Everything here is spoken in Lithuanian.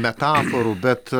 metaforų bet